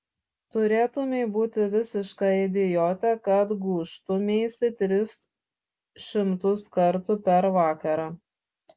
turėtumei būti visiška idiote kad gūžtumeisi tris šimtus kartų per vakarą